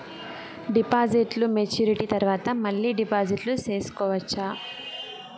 డిపాజిట్లు మెచ్యూరిటీ తర్వాత మళ్ళీ డిపాజిట్లు సేసుకోవచ్చా?